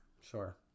Sure